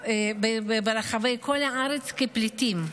ברחבי הארץ, כפליטים.